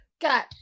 got